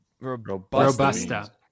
Robusta